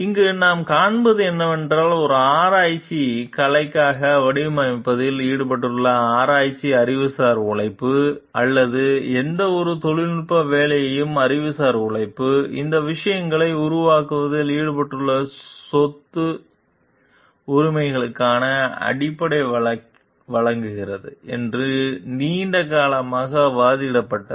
இங்கு நாம் காண்பது என்னவென்றால் ஒரு ஆராய்ச்சி கலைக்காக வடிவமைப்பதில் ஈடுபட்டுள்ள ஆராய்ச்சி அறிவுசார் உழைப்பு அல்லது எந்தவொரு தொழில்நுட்ப வேலையும் அறிவுசார் உழைப்பு இந்த விஷயங்களை உருவாக்குவதில் ஈடுபட்டுள்ள சொத்து உரிமைகளுக்கான அடிப்படையை வழங்குகிறது என்று நீண்ட காலமாக வாதிடப்பட்டது